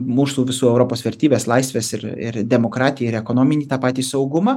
mūsų visų europos vertybes laisves ir ir demokratiją ir ekonominį tą patį saugumą